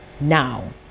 now